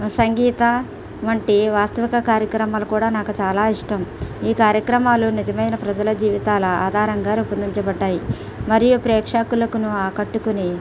సంగీత వంటి వాస్తవిక కార్యక్రమాలు కూడా నాకు చాలా ఇష్టం ఈ కార్యక్రమాలు నిజమైన ప్రజల జీవితాల ఆధారంగా రూపొందించబడ్డాయి మరియు ప్రేక్షకులకు ఆకట్టుకుని